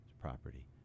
property